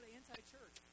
anti-church